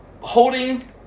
holding